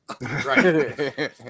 right